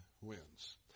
wins